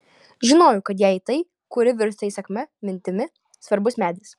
žinojau kad jai tai kuri virsta įsakmia mintimi svarbus medis